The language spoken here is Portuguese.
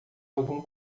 algum